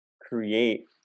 create